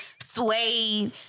suede